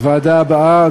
הוועדה הבאה,